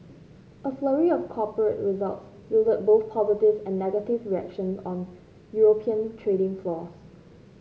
a flurry of corporate results yielded both positive and negative reaction on European trading floors